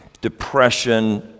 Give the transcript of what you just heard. depression